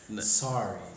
Sorry